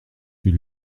fut